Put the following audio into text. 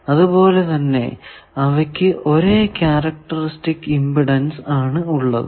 അതുപോലെ തന്നെ അവയ്ക്കു ഒരേ ക്യാരക്റ്ററിസ്റ്റിക് ഇമ്പിഡൻസ് ആണ് ഉള്ളത്